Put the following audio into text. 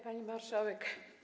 Pani Marszałek!